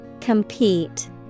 Compete